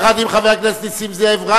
יחד עם חבר הכנסת נסים זאב,